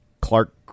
Clark